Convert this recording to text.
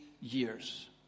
years